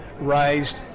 raised